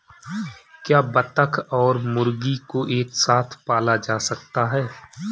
क्या बत्तख और मुर्गी को एक साथ पाला जा सकता है?